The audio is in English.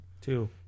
two